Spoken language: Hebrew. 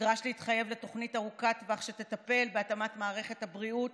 נדרש להתחייב לתוכנית ארוכת טווח שתטפל בהתאמת מערכת הבריאות